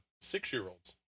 six-year-olds